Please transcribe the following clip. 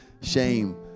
shame